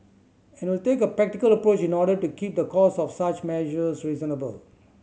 and it will take a practical approach in order to keep the cost of such measures reasonable